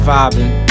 Vibing